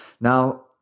Now